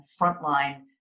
frontline